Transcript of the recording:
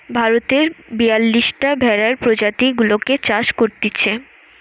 ভারতে বিয়াল্লিশটা ভেড়ার প্রজাতি গুলাকে চাষ করতিছে